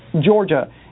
Georgia